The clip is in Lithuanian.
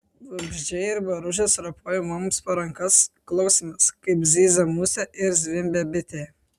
vabzdžiai ir boružės ropojo mums po rankas klausėmės kaip zyzia musė ir zvimbia bitė